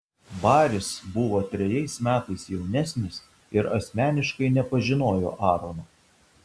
baris buvo trejais metais jaunesnis ir asmeniškai nepažinojo aarono